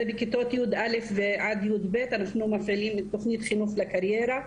ובכיתות יא' עד יב' אנחנו מפעילים את תכנית "חינוך לקריירה",